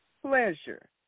pleasure